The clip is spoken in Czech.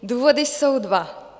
Důvody jsou dva.